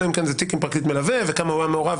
אלא אם כן זה תיק עם פרקליט מלווה וכמה הוא היה מעורב,